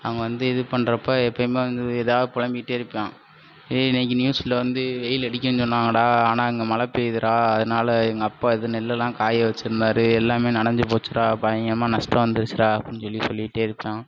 அவங்க வந்து இது பண்றப்ப எப்பவுமே வந்து ஏதாவது புலம்பிட்டே இருப்பான் ஏ இன்னிக்கு நியூஸில் வந்து வெயில் அடிக்கும்ன்னு சொன்னாங்கடா ஆனால் இங்கே மழை பெய்யுதுடா அதனால எங்கள் அப்பா இது நெல்லுலாம் காய வச்சுருந்தாரு எல்லாமே நனைஞ்சு போச்சுடா பயங்கரமான நஷ்டம் வந்துருச்சுடா அப்புடின்னு சொல்லி சொல்லிகிட்டே இருப்பான்